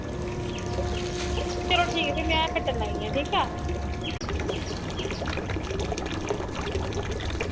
चलो ठीक फ्ही में कट्टन लगी आं ठीक ऐ